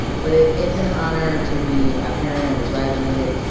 but ah it's an honor to be a parent of a graduate